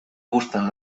gustan